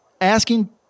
asking